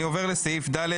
אני עובר לסעיף (ד).